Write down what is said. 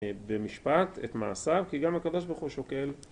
במשפט את מעשיו כי גם הקדוש ברוך הוא שוקל